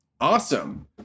awesome